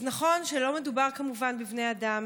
אז נכון שלא מדובר כמובן בבני אדם,